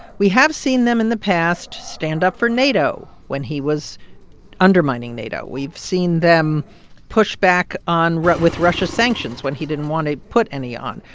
we have seen them in the past stand up for nato when he was undermining nato. we've seen them push back on with russia sanctions when he didn't want to put any on.